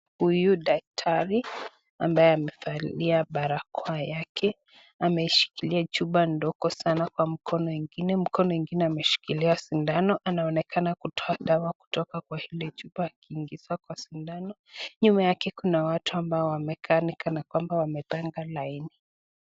Huyu daktari ambaye amevalia barakoa yake, aneshikilia chupa ndogo sana kwa mkono yake, mkono ingine ameshikilia sindano anaonekana kutoa dawa kwa ile chupa kuingiza kwa sindano. Nyuma yake kuna watu ambao wameonekana ni kwamba wamepanga laini.